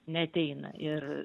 neateina ir